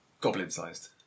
Goblin-sized